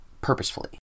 purposefully